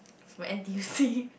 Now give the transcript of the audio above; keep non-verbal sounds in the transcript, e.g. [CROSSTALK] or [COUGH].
from n_t_u_c [LAUGHS]